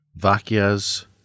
Vakyas